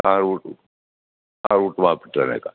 ആ റൂട്ട് ആ റൂട്ട് മാപ്പിട്ടു തന്നേക്കാം